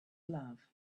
love